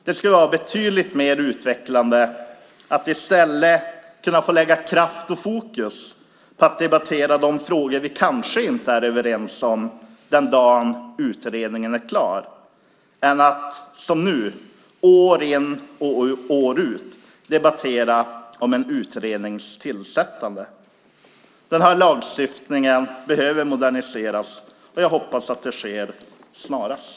Det skulle vara betydligt mer utvecklande att kunna få lägga kraft och fokus på att debattera de frågor vi kanske inte är överens om den dag utredningen är klar än att, som nu, år ut och år in debattera en utrednings tillsättande. Den här lagstiftningen behöver moderniseras, och jag hoppas att det sker snarast.